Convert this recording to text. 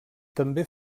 també